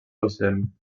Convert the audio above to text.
docent